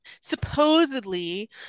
supposedly